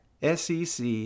SEC